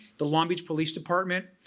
the long beach police department,